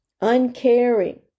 uncaring